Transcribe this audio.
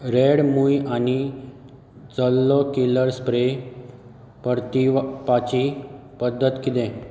red मूय आनी जल्लो किलर स्प्रे परतीवपाची पद्दत किदें